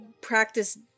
practice